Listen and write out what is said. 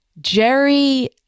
Jerry